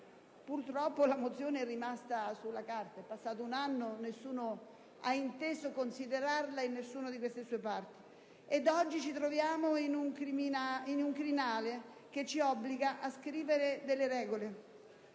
Purtroppo la mozione è rimasta sulla carta: è passato un anno e nessuno ha inteso considerarla in alcuna delle sue parti. Ed oggi ci troviamo in un crinale che ci obbliga a scrivere delle regole